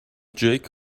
jake